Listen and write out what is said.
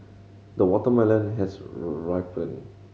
the watermelon has ripened